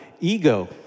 ego